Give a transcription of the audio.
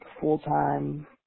full-time